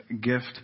gift